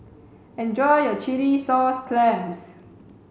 enjoy your chilli sauce clams